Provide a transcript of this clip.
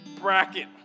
bracket